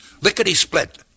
Lickety-split